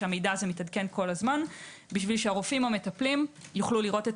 כשהמידע הזה מתעדכן כל הזמן כדי שהרופאים המטפלים יוכלו לראות יוכלו